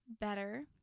better